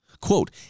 Quote